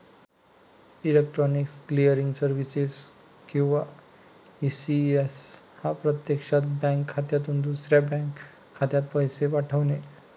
electronic clearing services किंवा ECS हा प्रत्यक्षात बँक खात्यातून दुसऱ्या बँक खात्यात पैसे पाठवणे